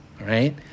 Right